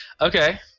Okay